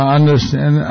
understand